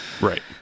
right